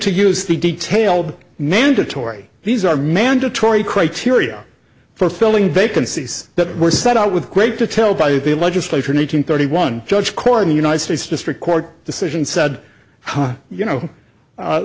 to use the detailed mandatory these are mandatory criteria for filling vacancies that were set out with great to tell by the legislature nine hundred thirty one judge court in the united states district court decision said you know